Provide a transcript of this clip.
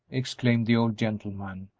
exclaimed the old gentleman,